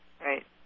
Right